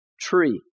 tree